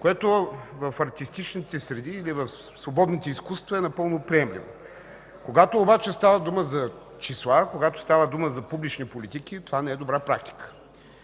което в артистичните среди или в свободните изкуства е напълно приемливо. Когато обаче става дума за числа, когато става дума за публични политики, това не е добра практика.